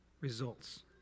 results